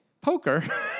poker